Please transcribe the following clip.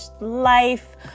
life